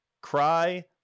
cry